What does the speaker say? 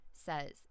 says